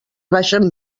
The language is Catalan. baixen